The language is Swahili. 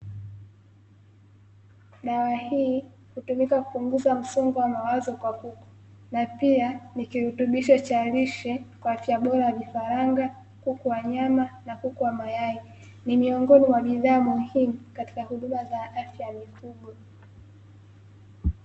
Dawa hii hutumika hupunguza msongo wa mawazo kwa kuku, na pia ni kirutubisho cha lishe kwa afya bora ya: vifaranga, kuku wa nyama na kuku wamayai. Ni miongoni mwa bidhaa muhimu katika huduma za afya ya mifugo.